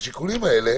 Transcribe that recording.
והשיקולים האלה